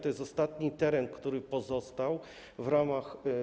To jest ostatni teren, który pozostał w ramach.